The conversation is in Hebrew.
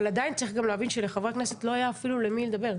אבל עדיין צריך גם להבין שלחברי הכנסת לא היה אפילו למי לפנות,